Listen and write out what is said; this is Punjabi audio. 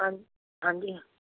ਹਾਂ ਹਾਂਜੀ